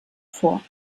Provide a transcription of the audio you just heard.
vor